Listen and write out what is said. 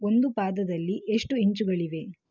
ಒಂದು ಪಾದದಲ್ಲಿ ಎಷ್ಟು ಇಂಚುಗಳಿವೆ